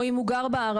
או אם הוא גר בערבה,